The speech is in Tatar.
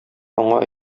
аңа